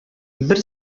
бер